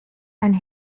and